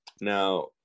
Now